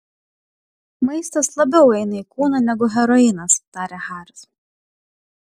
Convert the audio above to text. maistas labiau eina į kūną negu heroinas tarė haris